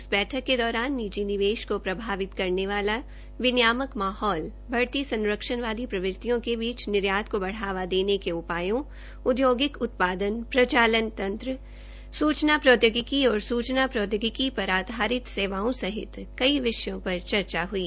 इस बैठक के दौरान निजी निवेश को प्रभावित करने वाला विनियामक माहौल बढ़ती संरक्षण प्रवृतियों के बीच निर्यात को बढ़ावा देने के उपायों औद्योगिक उत्पादन प्रचालन तंत्र सूचना प्रौद्योगिकी और सूचना प्रौद्योगिकी पर आधारित सेवाओं सहित कई विषयों पर चर्चा हई